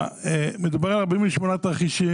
מדובר על 48 תרחישים.